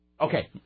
okay